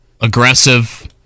aggressive